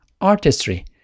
artistry